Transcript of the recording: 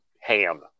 ham